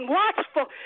watchful